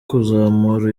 kuzamura